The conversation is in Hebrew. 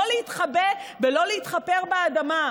לא להתחבא ולא להתחפר באדמה,